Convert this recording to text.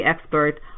experts